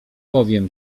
powiem